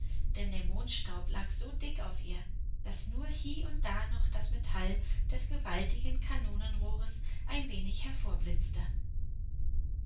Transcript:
denn der mondstaub lag so dick auf ihr daß nur hie und da noch das metall des gewaltigen kanonenrohres ein wenig